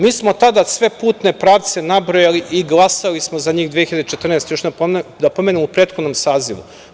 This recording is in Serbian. Mi smo tada sve putne pravce nabrojali i glasali smo za njih 2014. godine još da napomenem u prethodnom sazivu.